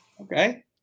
okay